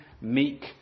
meek